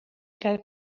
gael